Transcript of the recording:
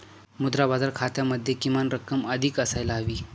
मुद्रा बाजार खात्यामध्ये किमान रक्कम अधिक असायला हवी